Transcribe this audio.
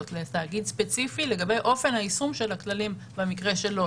לתאגיד ספציפי לגבי אופן היישום של הכללים במקרה שלו.